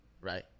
Right